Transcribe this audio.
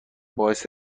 باعث